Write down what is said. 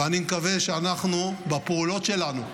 ואני מקווה שאנחנו, בפעולות שלנו,